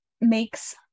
makes